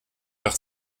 par